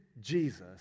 Jesus